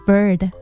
Bird